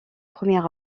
premier